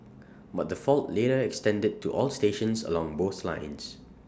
but the fault later extended to all stations along both lines